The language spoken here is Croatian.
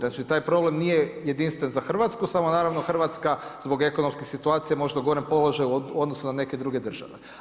Znači taj problem nije jedinstveno za Hrvatsku samo naravno Hrvatska zbog ekonomske situacije je možda u gorem položaju u odnosu na neke druge države.